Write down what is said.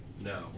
No